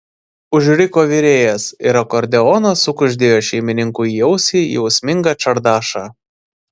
užriko virėjas ir akordeonas sukuždėjo šeimininkui į ausį jausmingą čardašą